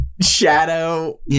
shadow